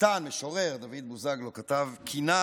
הפייטן והמשורר רבי דוד בוזגלו כתב קינה